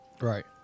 right